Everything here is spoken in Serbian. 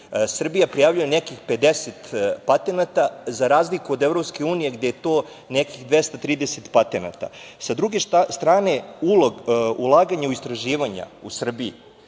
Srbija prijavljuje nekih 50 patenata, za razliku od EU gde je to nekih 230 patenata. Sa druge strane, ulaganje u istraživanja u Srbiji